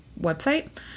website